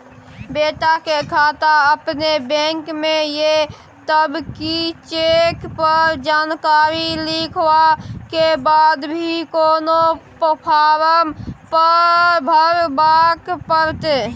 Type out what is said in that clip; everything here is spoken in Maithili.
बेटा के खाता अपने बैंक में ये तब की चेक पर जानकारी लिखवा के बाद भी कोनो फारम भरबाक परतै?